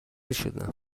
شدم